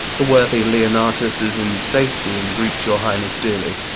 the worthy leonatus is in safety, and greets your highness dearly.